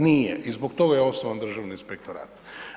Nije i zbog toga je osnovan Državni inspektorat.